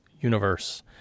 universe